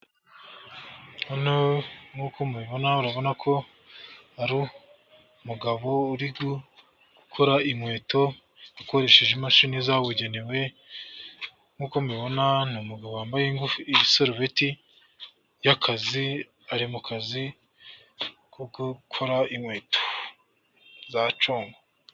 Hano nk'uko mubibona urabona ko ari umugabo uri gukora inkweto akoresheje imashini zabugenewe, nkuko' mubibona ni umugabo wambaye isarubeti y'akazi ari mu kazi ko gukora inkweto za congo.